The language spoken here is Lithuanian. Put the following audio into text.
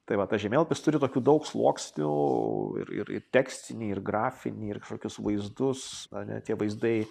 tai va tas žemėlapis turi tokių daug sluoksnių ir ir ir tekstinį ir grafinį ir kažkokius vaizdus ane tie vaizdai